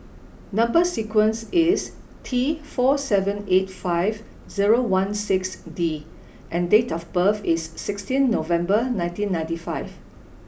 number sequence is T four seven eight five zero one six D and date of birth is sixteen November nineteen ninety five